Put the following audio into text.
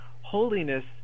Holiness